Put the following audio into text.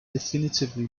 definitively